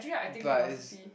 but is